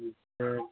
ठीक है